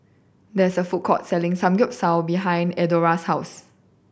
there is a food court selling Samgeyopsal behind Eldora's house